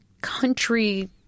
country